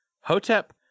Hotep